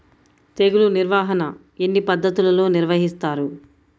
తెగులు నిర్వాహణ ఎన్ని పద్ధతులలో నిర్వహిస్తారు?